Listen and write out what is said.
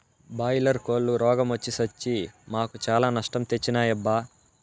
boiler కోల్లు రోగ మొచ్చి సచ్చి మాకు చాలా నష్టం తెచ్చినాయబ్బా